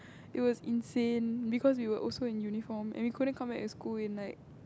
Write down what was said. it was insane because you are also in uniform and we couldn't come back to school in like